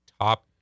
top